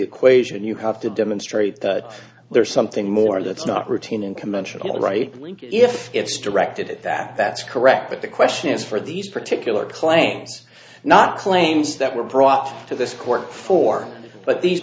equation you have to demonstrate that there's something more that's not routine in conventional right wing if it's directed at that that's correct but the question is for these particular claims not claims that were brought to this court for but these